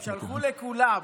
לא, הם שלחו לכולם.